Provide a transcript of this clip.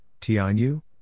Tianyu